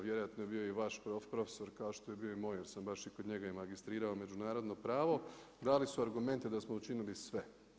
Vjerojatno je bio i vaš profesor kao što je bio i moj jer sam baš i kod njega magistrirao međunarodno pravo dali su argumente da smo učinili sve.